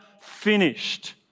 finished